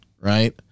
right